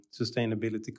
sustainability